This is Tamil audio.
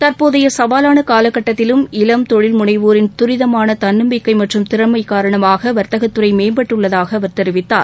தற்போதைய சவாலான காலக்கட்டத்திலும் இளம் தொழில் முனைவோரின் தரிதமான தன்னம்பிக்கை மற்றும் திறமை காரணமாக வர்த்தகத்துறை மேம்பட்டுள்ளதாக அவர் தெரிவித்தார்